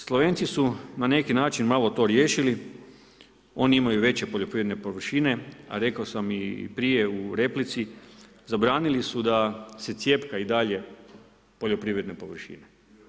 Slovenci su na neki način malo to riješili, oni imaju veće poljoprivredne površine,a rekao sam i prije u replici zabranili su da se cjepka i dalje poljoprivredne površine.